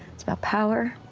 it's about power.